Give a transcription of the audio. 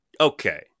Okay